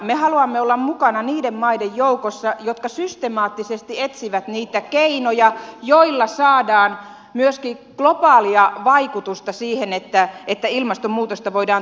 me haluamme olla mukana niiden maiden joukossa jotka systemaattisesti etsivät niitä keinoja joilla saadaan myöskin globaalia vaikutusta siihen että ilmastonmuutosta voidaan torjua